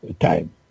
time